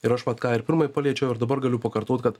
ir aš vat ką ir pirmai paliečiau ir dabar galiu pakartot kad